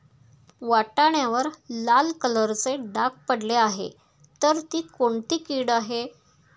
वाटाण्यावर लाल कलरचे डाग पडले आहे तर ती कोणती कीड आहे?